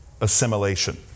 assimilation